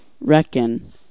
Reckon